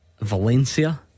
Valencia